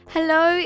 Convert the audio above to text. Hello